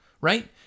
right